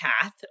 path